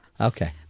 Okay